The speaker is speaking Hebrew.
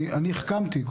אני החכמתי,